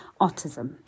autism